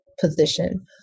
position